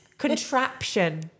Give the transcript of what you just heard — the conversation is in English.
Contraption